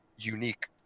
unique